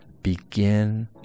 begin